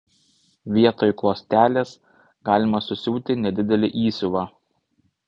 vietoj klostelės galima susiūti nedidelį įsiuvą